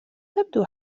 تبدو